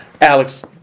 Alex